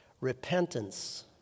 Repentance